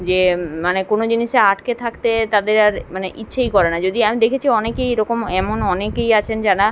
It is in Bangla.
যে মানে কোনো জিনিসে আটকে থাকতে তাদের আর মানে ইচ্ছেই করে না যদি আমি দেখেছি অনেকেই এরকম এমন অনেকেই আছেন যারা